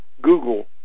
Google